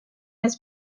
his